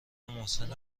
محسن